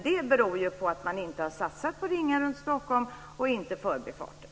Detta beror på att man inte har satsat på Ringen runt Stockholm och inte heller på förbifarter.